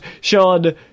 Sean